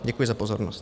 Děkuji za pozornost.